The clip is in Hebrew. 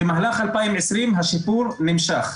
במהלך 2020 השיפור נמשך.